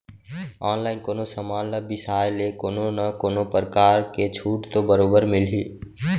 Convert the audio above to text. online कोनो समान ल बिसाय ले कोनो न कोनो परकार के छूट तो बरोबर मिलही